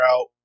out